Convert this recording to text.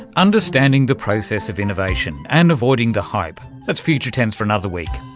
understanding the process of innovation, and avoiding the hype. that's future tense for another week.